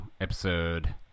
episode